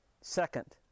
Second